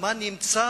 מה נמצא